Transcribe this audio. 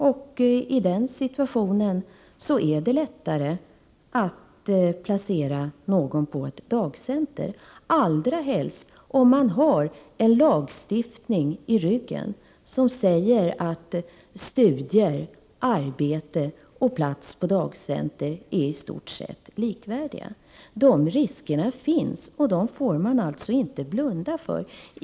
I den situationen är det lättare att placera någon på dagcenter, allra helst om man har en lagstiftning i ryggen som säger att studier, arbete och plats på dagcenter är i stort sett likvärdiga. De riskerna finns, och dem får man alltså inte blunda för.